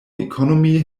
economy